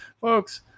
Folks